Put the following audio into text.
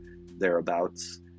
thereabouts